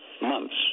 months